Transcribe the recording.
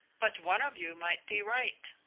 but one of you might be right,